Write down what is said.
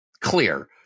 clear